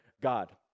God